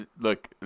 Look